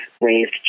raised